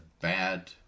bad